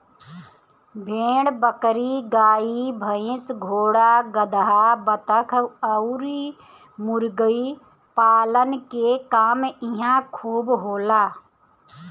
भेड़ बकरी, गाई भइस, घोड़ा गदहा, बतख अउरी मुर्गी पालन के काम इहां खूब होला